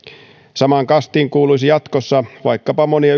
samaan kastiin kuuluisi jatkossa vaikkapa monia